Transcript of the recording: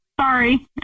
Sorry